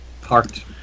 parked